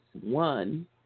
one